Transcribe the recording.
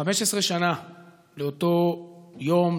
15 שנה לאותו יום,